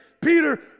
Peter